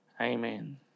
Amen